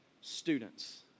students